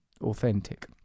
authentic